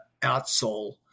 outsole